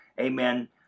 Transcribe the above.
Amen